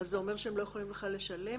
זה אומר שהם לא יכולים בכלל לשלם,